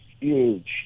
huge